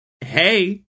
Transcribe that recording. Hey